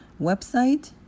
website